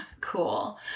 Cool